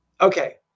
Okay